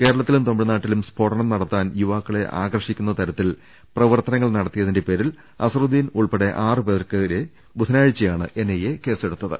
കേരളത്തിലും തമിഴ്നാട്ടിലും സ്ഫോടനം നടത്താൻ യുവാക്കളെ ആകർഷിക്കുന്ന രീതിയിൽ പ്രവർത്തനങ്ങൾ നടത്തിയതിന്റെ പേരിൽ അസ്ഹറുദ്ദീൻ ഉൾപ്പെടെ ആറു പേർക്കെതിരെ ബുധനാഴ്ച്ചയാണ് എൻഐഎ കേസെടുത്ത ത്